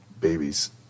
babies